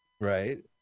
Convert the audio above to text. Right